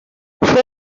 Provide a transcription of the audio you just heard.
fue